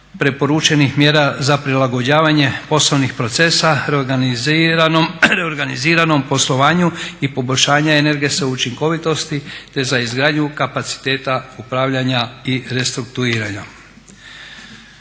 preporučenih mjera za prilagođavanje poslovnih procesa reorganiziranom poslovanju i poboljšanje energetske učinkovitosti te za izgradnju kapaciteta upravljanja i restrukturiranja.